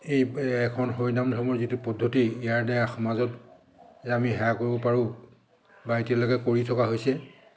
সেই একশৰণ হৰি নাম ধৰ্মৰ যিটো পদ্ধতি ইয়াৰ দ্বাৰা সমাজত আমি সেৱা কৰিব পাৰোঁ বা এতিয়ালৈকে কৰি থকা হৈছে